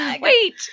Wait